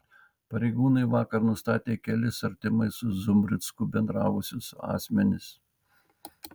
pareigūnai vakar nustatė kelis artimai su zumbricku bendravusius asmenis